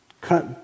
cut